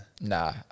Nah